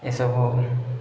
ଏସବୁ